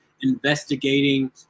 investigating